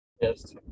Yes